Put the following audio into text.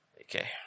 Okay